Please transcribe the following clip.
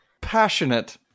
Passionate